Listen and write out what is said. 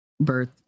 birth